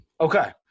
Okay